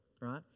right